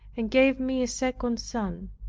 and gave me a second son.